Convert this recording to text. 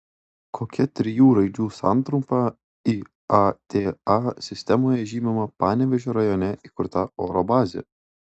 kokia trijų raidžių santrumpa iata sistemoje žymima panevėžio rajone įkurta oro bazė